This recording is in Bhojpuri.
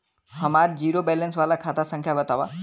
हमार जीरो बैलेस वाला खाता संख्या वतावा?